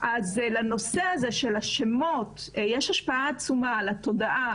אז לנושא הזה של השמות יש השפעה עצומה על התודעה,